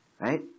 right